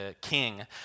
king